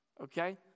Okay